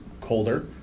colder